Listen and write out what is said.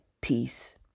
Peace